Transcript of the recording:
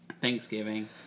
Thanksgiving